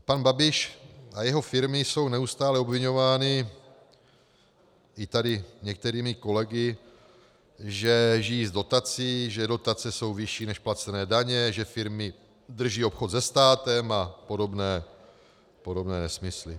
Pan Babiš a jeho firmy jsou neustále obviňováni, i tady některými kolegy, že žijí z dotací, že dotace jsou vyšší než placené daně, že firmy drží obchod se státem a podobné nesmysly.